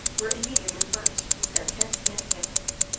were immediately burnt, with their tents and families.